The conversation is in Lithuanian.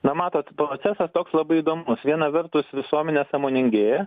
na matot procesas toks labai įdomus viena vertus visuomenė sąmoningėja